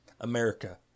America